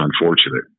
unfortunate